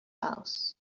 house